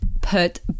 put